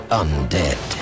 undead